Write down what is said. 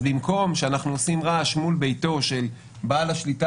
אז במקום שאנחנו עושים רעש מול ביתו של בעל השליטה